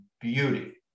beauty